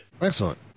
excellent